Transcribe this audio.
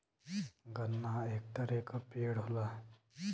गन्ना एक तरे क पेड़ होला